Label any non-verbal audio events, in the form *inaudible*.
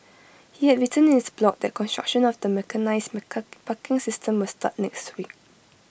he had written in his blog that construction of the mechanised *unintelligible* parking system will start next week